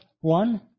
one